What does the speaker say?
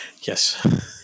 Yes